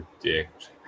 predict